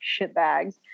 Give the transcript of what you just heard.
shitbags